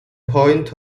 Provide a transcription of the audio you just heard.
point